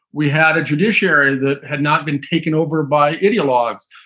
we had a judiciary that had not been taken over by ideologues.